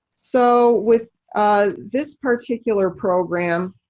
so with this particular program,